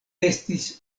estis